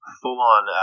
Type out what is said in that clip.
full-on